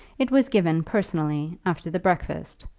it was given, personally, after the breakfast,